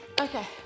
Okay